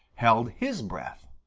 held his breath.